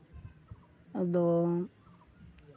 ᱟᱫᱚ